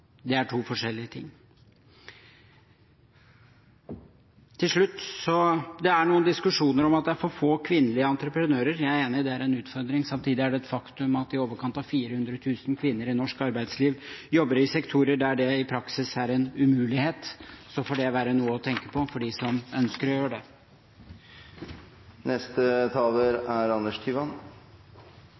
Det er to forskjellige ting. Til slutt: Det er noen diskusjoner om at det er for få kvinnelige entreprenører. Jeg er enig i at det er en utfordring. Samtidig er det et faktum at i overkant av 400 000 kvinner i norsk arbeidsliv jobber i sektorer der dét i praksis er en umulighet. Så får det være noe å tenke på for dem som ønsker å gjøre det.